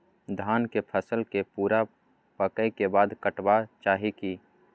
धान के फसल के पूरा पकै के बाद काटब चाही की?